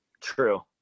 True